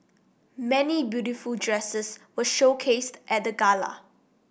many beautiful dresses were showcased at the gala